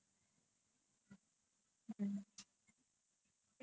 ya early movies are nice but now it is like feel like same content